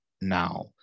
now